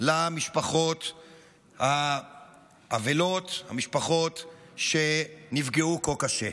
למשפחות האבלות, המשפחות שנפגעו כה קשה.